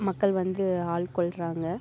மக்கள் வந்து ஆழ்க்கொள்கிறாங்க